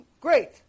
great